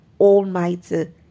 almighty